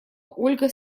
ольга